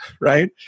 right